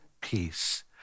peace